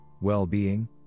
well-being